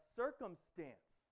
circumstance